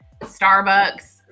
Starbucks